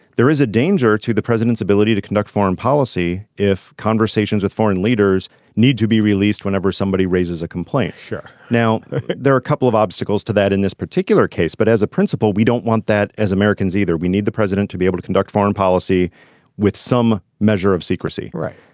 there is a danger to the president's ability to conduct foreign policy if conversations with foreign leaders need to be released whenever somebody raises a complaint. sure. now there are a couple of obstacles to that in this particular case. but as a principle we don't want that as americans either we need the president to be able to conduct foreign policy with some measure of secrecy. right.